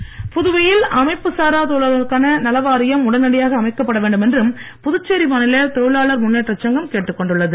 தொழிற்சங்கம் புதுவையில் அமைப்பு சாரா தொழிலாளர்களுக்கான நலவாரியம் உடனடியாக அமைக்கப்பட வேண்டும் என்று புதுச்சேரி மாநில தொழிலாளர் முன்னேற்றச் சங்கம் கேட்டுக்கொண்டுள்ளது